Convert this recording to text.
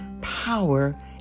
power